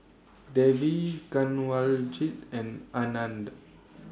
Devi Kanwaljit and Anand